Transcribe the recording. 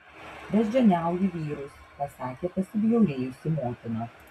beždžioniauji vyrus pasakė pasibjaurėjusi motina